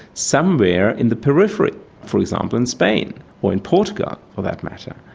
somewhere in the periphery for example, in spain or in portugal, for that matter.